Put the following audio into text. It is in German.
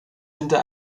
hinter